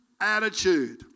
attitude